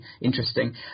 interesting